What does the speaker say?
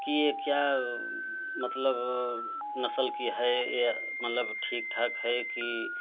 कि यह क्या मतलब नस्ल की है या मतलब ठीक ठाक है कि